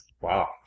Wow